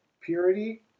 purity